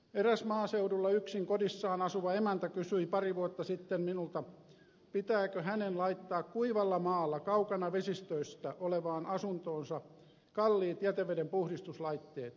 eräs maaseudulla yksin kodissaan asuva emäntä kysyi pari vuotta sitten minulta pitääkö hänen laittaa kuivalla maalla kaukana vesistöistä olevaan asuntoonsa kalliit jätevedenpuhdistuslaitteet